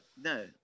no